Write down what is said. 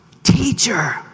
Teacher